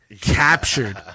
captured